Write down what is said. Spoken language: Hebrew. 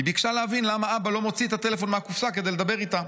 היא ביקשה להבין למה אבא לא מוציא את הטלפון מהקופסה כדי לדבר איתה.